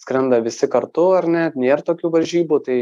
skrenda visi kartu ar ne nėr tokių varžybų tai